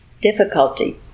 difficulty